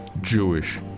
Jewish